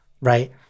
Right